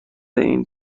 این